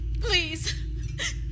Please